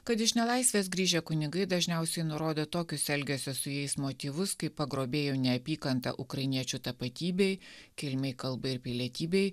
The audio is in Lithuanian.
kad iš nelaisvės grįžę kunigai dažniausiai nurodė tokius elgesio su jais motyvus kaip pagrobėjų neapykanta ukrainiečių tapatybei kilmei kalbai ir pilietybei